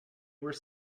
were